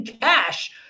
cash